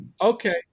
Okay